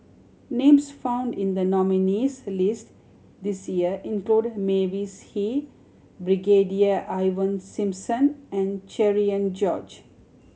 names found in the nominees' list this year include Mavis Hee Brigadier Ivan Simson and Cherian George